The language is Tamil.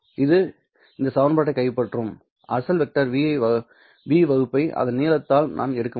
இது இந்த சமன்பாட்டைக் கைப்பற்றும் அசல் வெக்டர் v வகுப்பை அதன் நீளத்தால் நான் எடுக்க முடியும்